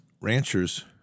ranchers